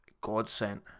godsend